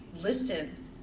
listen